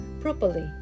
properly